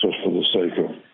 so so the sake of